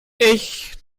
ich